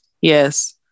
yes